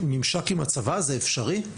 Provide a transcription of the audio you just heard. ממשק עם הצבא, זה אפשרי?